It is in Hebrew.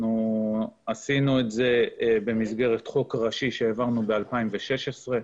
עשינו את זה במסגרת חוק ראשי שהעברנו ב-2016,